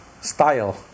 style